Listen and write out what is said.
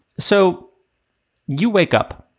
so you wake up.